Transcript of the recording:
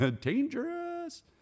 Dangerous